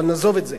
אבל נעזוב את זה.